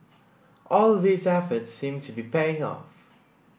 all these efforts seem to be paying off